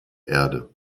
erde